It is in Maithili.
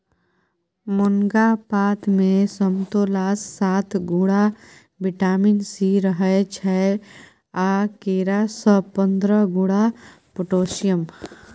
मुनगा पातमे समतोलासँ सात गुणा बिटामिन सी रहय छै आ केरा सँ पंद्रह गुणा पोटेशियम